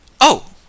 Oh